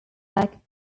like